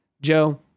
Joe